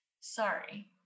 Sorry